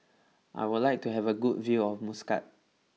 I would like to have a good view of Muscat